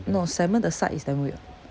no salmon the side is damn weird